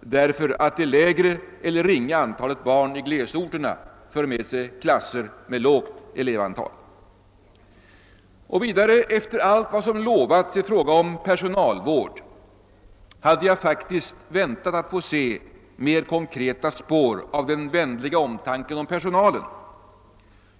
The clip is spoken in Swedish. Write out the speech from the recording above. därför att det lägre eller ringa antalet barn i glesorterna för med sig klasser med lågt elevantal. Efter allt det som lovats i fråga om personalvård hade jag faktiskt väntat att få se mera konkreta spår av den vänliga omtanken om personalen.